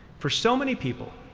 for so many people,